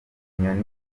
nyoni